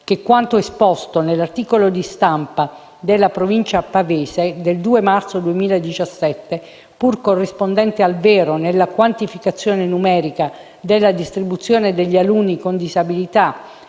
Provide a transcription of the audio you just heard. che quanto esposto nell'articolo di stampa su «La Provincia Pavese» del 2 marzo 2017, pur corrispondente al vero nella quantificazione numerica della distribuzione degli alunni con disabilità